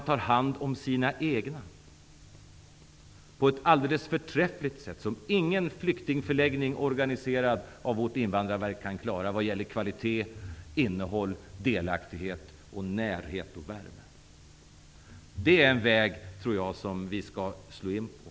Där tar man hand om sina egna på ett alldeles förträffligt sätt som ingen flyktingförläggning organiserad av Invandrarverket kan klara vad gäller kvalitet, innehåll, delaktighet, närhet och värme. Det är en väg som jag tror att vi skall slå in på.